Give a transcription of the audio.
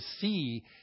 see